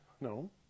No